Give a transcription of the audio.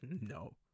No